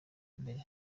mbere